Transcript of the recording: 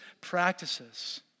practices